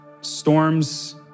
storms